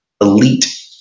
elite